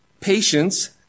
Patience